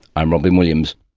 i'm robyn williams